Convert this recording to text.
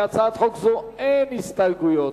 להצעת חוק זו אין הסתייגויות.